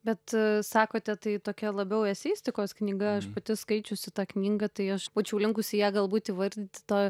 bet sakote tai tokia labiau eseistikos knyga aš pati skaičiusi tą knygą tai aš būčiau linkusi ją galbūt įvardinti to